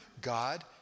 God